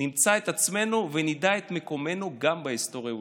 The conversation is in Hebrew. נמצא את עצמנו ונדע את מקומנו גם בהיסטוריה העולמית.